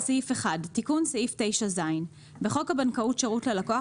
"תיקון סעיף 9ז 1. בחוק הבנקאות (שירות ללקוח),